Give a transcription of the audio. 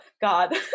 god